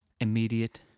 immediate